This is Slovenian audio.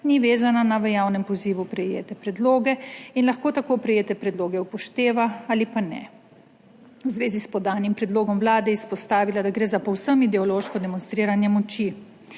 ni vezana na v javnem pozivu prejete predloge in lahko tako prejete predloge upošteva ali pa ne. V zvezi s podanim predlogom Vlade je izpostavila, da gre za povsem ideološko demonstriranje moči.